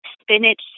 spinach